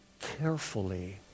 carefully